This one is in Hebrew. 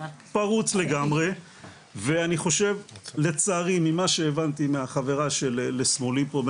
פרוץ לגמרי ואני חושב לצערי ממה שהבנתי מהחברה שלשמאלי פה,